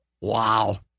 Wow